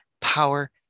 power